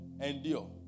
Endure